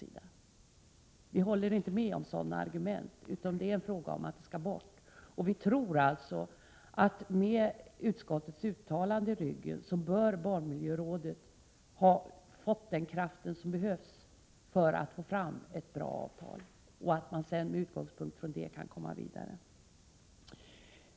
Vi är inte mottagliga för sådana argument. Frågan gäller att detta inte skall få förekomma. Vi tror därför att med utskottets uttalande som stöd bör barnmiljörådet besitta den kraft som krävs för att få fram ett bra avtal. Med utgångpunkt från detta kan man sedan komma vidare.